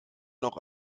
noch